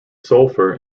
sulfur